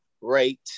rate